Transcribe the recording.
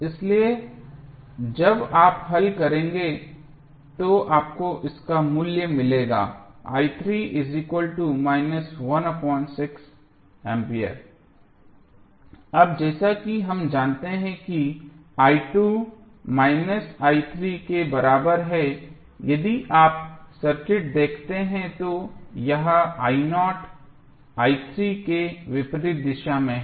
इसलिए जब आप हल करेंगे तो आपको इसका मूल्य मिलेगा A अब जैसा कि हम जानते हैं कि के बराबर है यदि आप सर्किट देखते हैं तो यह के विपरीत दिशा में है